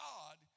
God